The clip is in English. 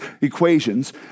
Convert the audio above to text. equations